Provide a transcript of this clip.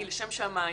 היא לשם שמים,